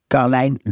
Carlijn